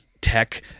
tech